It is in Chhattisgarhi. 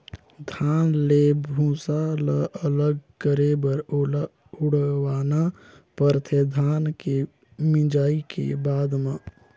धान ले भूसा ल अलग करे बर ओला उड़वाना परथे धान के मिंजाए के बाद म